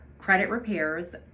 creditrepairs